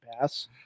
pass